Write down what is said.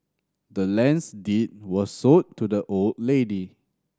the land's deed was sold to the old lady